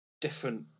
different